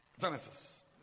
Genesis